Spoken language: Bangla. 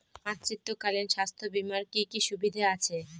মাতৃত্বকালীন স্বাস্থ্য বীমার কি কি সুবিধে আছে?